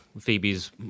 Phoebe's